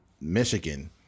Michigan